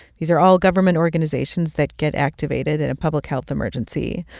these are all government organizations that get activated in a public health emergency.